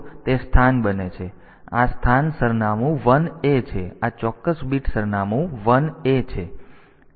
તેથી આ સ્થાન બને છે આ સ્થાન સરનામું 1 A છે આ ચોક્કસ બીટ સરનામું 1 A છે